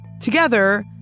Together